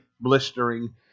blistering